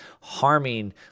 harming